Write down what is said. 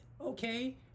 Okay